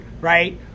Right